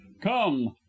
come